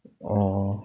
orh